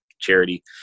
charity